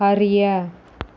அறிய